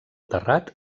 terrat